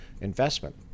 investment